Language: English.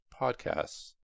podcasts